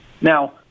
Now